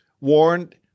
warned